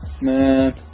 Man